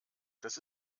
das